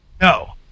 No